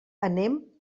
anem